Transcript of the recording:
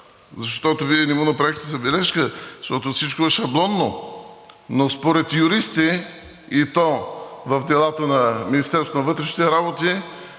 защото Вие не му направихте забележка, защото всичко е шаблонно, но според юристи, и то в делата на